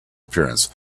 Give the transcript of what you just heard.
appearance